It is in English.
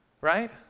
right